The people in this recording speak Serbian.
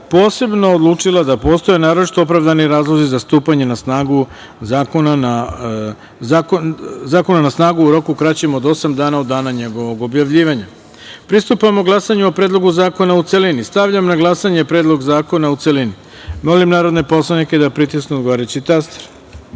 posebno odlučila da postoje naročito opravdani razlozi za stupanje zakona na snagu u roku kraćem od osam dana od dana njegovog objavljivanja. Pristupamo glasanju o Predlogu zakona u celini. Stavljam na glasanje Predlog zakona u celini. Molim narodne poslanike da pritisnu odgovarajući